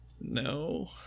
No